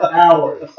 hours